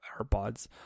AirPods